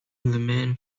men